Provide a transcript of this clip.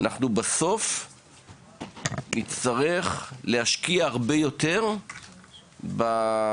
אז בסוף אנחנו נצטרך להשקיע הרבה יותר בפתרון,